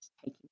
taking